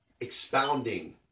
expounding